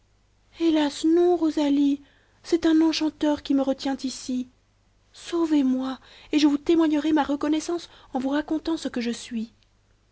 hélas non rosalie c'est un enchanteur qui me retient ici sauvez-moi et je vous témoignerai ma reconnaissance en vous racontant ce que je suis